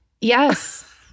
Yes